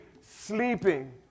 sleeping